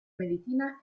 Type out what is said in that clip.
medicina